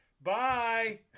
bye